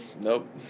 Nope